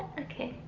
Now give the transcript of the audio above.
ok